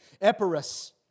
Epirus